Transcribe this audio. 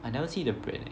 I never see the brand eh